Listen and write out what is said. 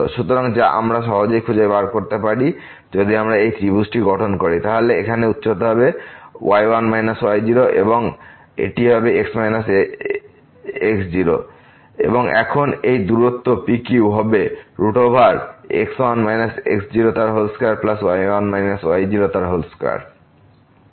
সুতরাং যা আমরা সহজেই খুঁজে বের করতে পারি যদি আমরা এই ত্রিভুজটি গঠন করি তাহলে এখানে উচ্চতা হবে y1 y0 এবং এটি হবে x1 x0 এবং এখন এই দূরত্ব PQ হবে x1 x02y1 y02